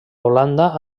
holanda